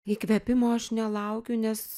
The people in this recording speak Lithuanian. įkvėpimo aš nelaukiu nes